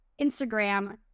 Instagram